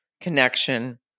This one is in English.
connection